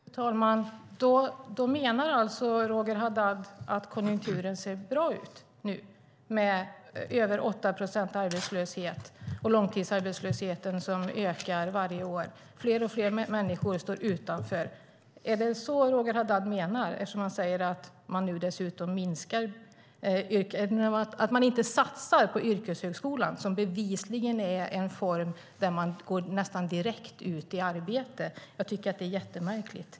Fru talman! Då menar alltså Roger Haddad att konjunkturen ser bra ut nu med över 8 procents arbetslöshet och en långtidsarbetslöshet som ökar varje år. Fler och fler människor står utanför. Är det detta Roger Haddad menar eftersom han säger att man nu dessutom inte satsar på yrkeshögskolan som bevisligen är en form av utbildning från vilken man går nästan direkt ut i arbete. Jag tycker att det är mycket märkligt.